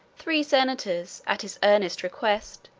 three senators, at his earnest request,